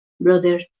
brother